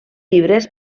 llibres